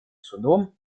судом